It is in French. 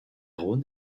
rhône